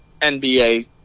NBA